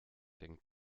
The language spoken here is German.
denk